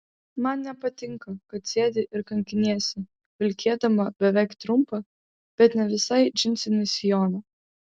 man nepatinka kad sėdi ir kankiniesi vilkėdama beveik trumpą bet ne visai džinsinį sijoną